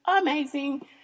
amazing